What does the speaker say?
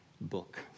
book